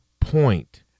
point